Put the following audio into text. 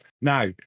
Now